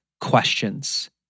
questions